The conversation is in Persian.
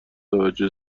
توجه